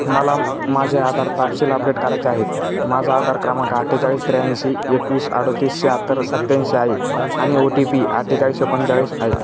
मला माझे आधार तपशील अपडेट करायचे आहेत माझा आधार क्रमांक अठ्ठेचाळीस त्र्याऐंशी एकवीस अडतीस शाहत्तर सत्याऐंशी आहे आणि ओ टी पी अठ्ठेचाळीस एकोणचाळीस आहे